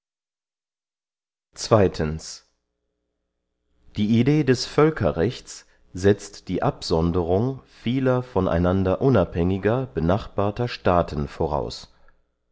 die idee des völkerrechts setzt die absonderung vieler von einander unabhängiger benachbarter staaten voraus